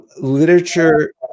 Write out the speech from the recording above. Literature